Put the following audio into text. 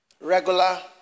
regular